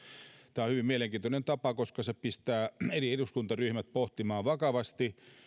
tämä on hyvin mielenkiintoinen tapa koska se pistää eri eduskuntaryhmät pohtimaan vakavasti